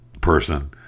person